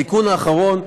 התיקון האחרון,